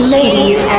Ladies